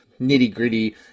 nitty-gritty